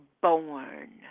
born